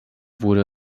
wurde